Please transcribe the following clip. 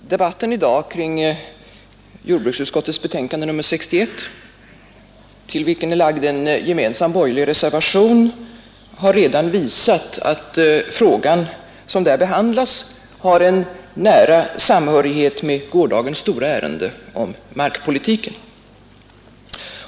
Herr talman! Debatten i dag kring jordbruksutskottets betänkande nr 61, till vilket är fogad en gemensam borgerlig reservation, har redan visat att den fråga som där behandlas har nära samhörighet med gårdagens stora ärende, markpolitiken.